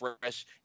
fresh